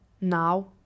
now